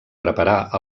preparar